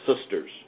sister's